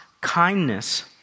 kindness